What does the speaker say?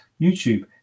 youtube